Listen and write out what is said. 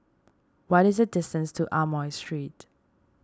what is the distance to Amoy Street